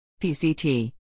PCT